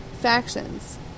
factions